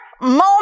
moment